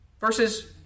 versus